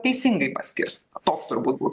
teisingai paskirs toks turbūt